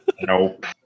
Nope